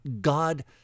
god